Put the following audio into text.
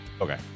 Okay